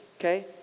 Okay